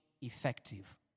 effective